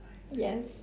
yes